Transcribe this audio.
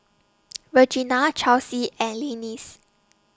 Regena Chelsie and Lillis